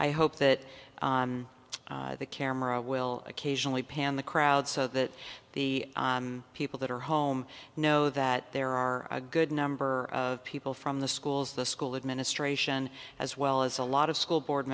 i hope that the camera will occasionally pan the crowd so that the people that are home know that there are a good number of people from the schools the school administration as well as a lot of school board